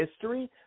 history